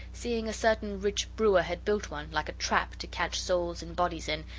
seeing a certain rich brewer had built one, like a trap to catch souls and bodies in,